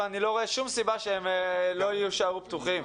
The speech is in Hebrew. אבל אני לא רואה שום סיבה שהם לא יישארו פתוחים,